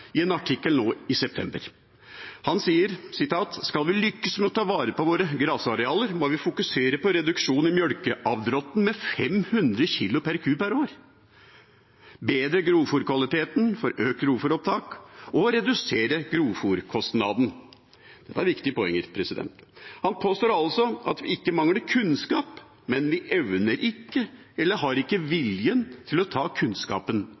i en artikkel i september. Han sier at «om vi skal lykkes med å ta vare på våre grasarealer, må vi fokusere på følgende: 1) Reduksjon i melkeavdråtten på 500 kg per ku/år 2) Bedre grovfôrkvalitet for økt grovfôropptak 3) Redusere grovfôrkostnader». Dette er viktige poenger. Han påstår at vi ikke mangler kunnskap, men vi evner ikke eller har ikke viljen til å ta kunnskapen